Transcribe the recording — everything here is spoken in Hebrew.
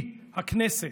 היא, הכנסת,